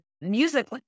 music